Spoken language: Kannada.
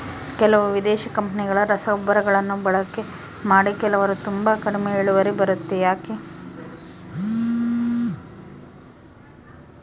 ಕೆಲವು ವಿದೇಶಿ ಕಂಪನಿಗಳ ರಸಗೊಬ್ಬರಗಳನ್ನು ಬಳಕೆ ಮಾಡಿ ಕೆಲವರು ತುಂಬಾ ಕಡಿಮೆ ಇಳುವರಿ ಬರುತ್ತೆ ಯಾಕೆ?